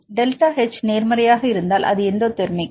delta H நேர்மறையாக இருந்தால் அது எண்டோடெர்மிக்